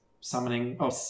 summoning